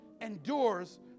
endures